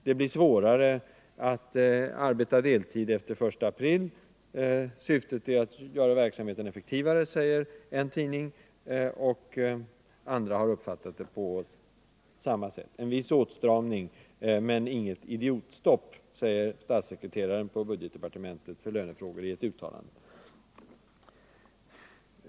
Det blir svårare att få arbeta deltid efter den 1 april. Syftet är att göra verksamheten effektivare, säger en tidning. Andra har uppfattat det på samma sätt. En viss åtstramning, men inget idiotstopp, säger statssekreteraren för lönefrågor på budgetdepartementet i ett uttalande.